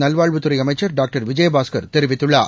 நல்வாழ்வுத்துறை அமைச்சர் டாக்டர் விஜயபாஸ்கர் தெரிவித்துள்ளார்